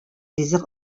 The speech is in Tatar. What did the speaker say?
ризык